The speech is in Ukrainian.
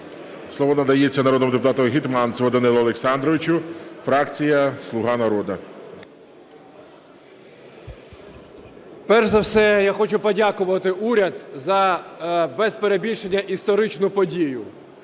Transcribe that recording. Слово надається народному депутату Гетманцеву Данилу Олександровичу, фракція "Слуга народу". 11:23:07 ГЕТМАНЦЕВ Д.О. Перш за все, я хочу подякувати уряду за без перебільшення історичну подію.